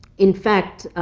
in fact,